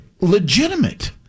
legitimate